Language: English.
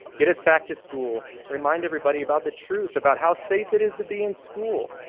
get us back to school, remind everybody about the truth about how safe it is to be in school,